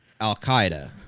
Al-Qaeda